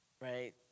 Right